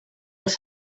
els